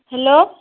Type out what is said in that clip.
hello